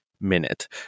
minute